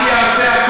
אתה משנה את מה